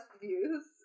Views